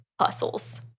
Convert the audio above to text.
hustles